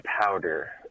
powder